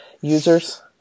users